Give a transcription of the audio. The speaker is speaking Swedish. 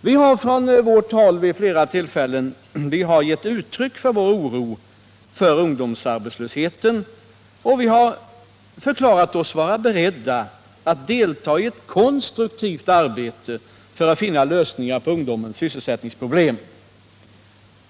Vi har från vårt håll flera gånger givit uttryck för vår oro för ungdomsarbetslösheten och förklarat oss vara beredda att delta i ett konstruktivt arbete för att finna lösningar på ungdomens sysselsättningsproblem.